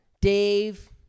Dave